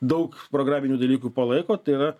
daug programinių dalykų palaiko tai yra